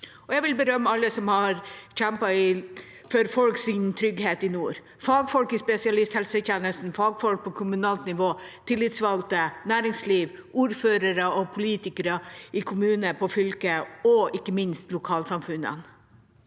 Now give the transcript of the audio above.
Jeg vil berømme alle som har kjempet for folks trygghet i nord: fagfolk i spesialisthelsetjenesten, fagfolk på kommunalt nivå, tillitsvalgte, næringsliv, ordførere og politikere i kommuner og fylker og ikke minst lokalsamfunnene.